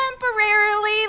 temporarily